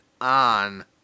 on